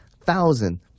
thousand